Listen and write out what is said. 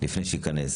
לפני שייכנס.